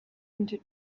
into